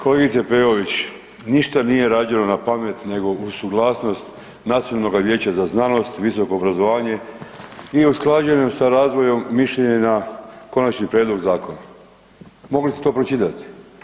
Kolegice Peović, ništa nije rađeno na pamet nego u suglasnost Nacionalnog vijeća za znanost, visoko obrazovanje i usklađeno sa razvojem mišljenja konačni prijedlog zakona, mogli ste to pročitat.